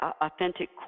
authentic